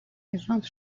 rentrent